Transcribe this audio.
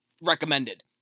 recommended